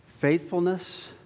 faithfulness